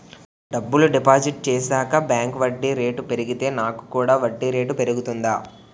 డబ్బులు డిపాజిట్ చేశాక బ్యాంక్ వడ్డీ రేటు పెరిగితే నాకు కూడా వడ్డీ రేటు పెరుగుతుందా?